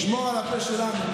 נשמור על הפה שלנו,